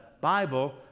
Bible